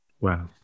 Wow